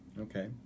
Okay